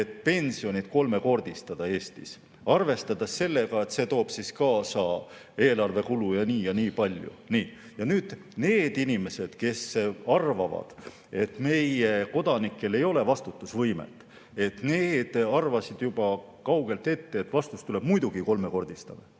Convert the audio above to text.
et pensionid kolmekordistada Eestis, arvestades, et see toob kaasa eelarve kulu nii ja nii palju. Need inimesed, kes arvavad, et meie kodanikel ei ole vastutusvõimet, arvasid juba kaugelt ette, et vastus tuleb "muidugi kolmekordistame".